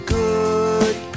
good